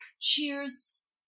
Cheers